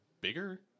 bigger